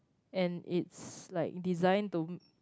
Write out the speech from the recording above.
and it's like designed to